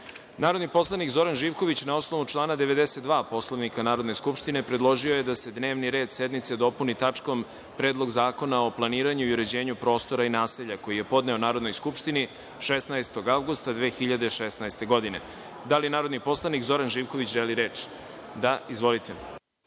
predlog. Narodni poslanik Zoran Živković, na osnovu člana 92. Poslovnika Narodne skupštine, predložio je da se dnevni red sednice dopuni tačkom – Predlog zakona o planiranju i uređenju prostora i naselja, koji je podneo Narodnoj skupštini 16. avgusta 2016. godine. Narodni poslanik Zoran Živković ima reč. **Zoran